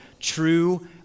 true